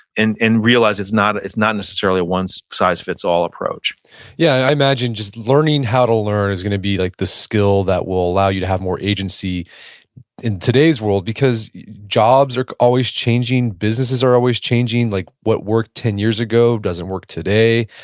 and and realize it's not it's not necessarily a one size fits all approach yeah. i imagine just learning how to learn is going to be like the skill that will you to have more agency in today's world. because jobs are always changing. businesses are always changing. like what worked ten years ago doesn't work today.